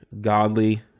godly